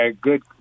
Good